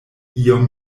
iom